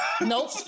Nope